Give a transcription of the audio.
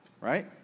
right